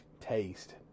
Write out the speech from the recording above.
taste